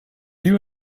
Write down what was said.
you